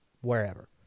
wherever